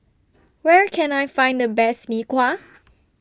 Where Can I Find The Best Mee Kuah